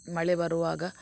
ಮಳೆ ಬರುವಾಗ